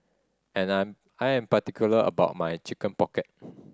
and I'm I am particular about my Chicken Pocket